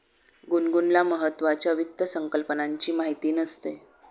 गुनगुनला महत्त्वाच्या वित्त संकल्पनांची माहिती नसते